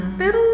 pero